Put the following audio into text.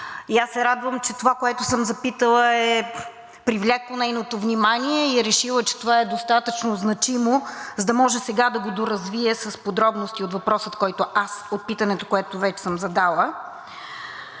аз се радвам, че това, което съм запитала, е привлякло нейното внимание и е решила, че това е достатъчно значимо, за да може сега да го доразвие с подробности от питането, което вече съм задала.